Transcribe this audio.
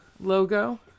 Logo